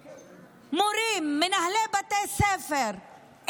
מורים, מנהלי בתי ספר.